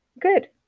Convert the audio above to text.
Good